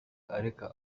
areka